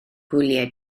gwyliau